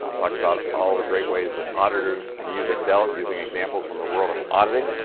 um talks about all the great ways that auditors can use excel, using examples from the world of auditing.